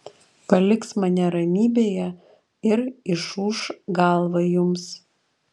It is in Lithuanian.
paliks mane ramybėje ir išūš galvą jums